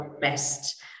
best